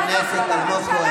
תתבייש לך.